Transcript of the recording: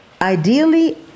Ideally